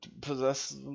possess